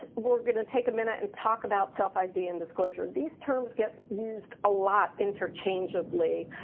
we're going to take a minute and talk about self id and disclosure. these terms get used a lot interchangeably,